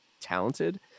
talented